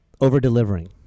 over-delivering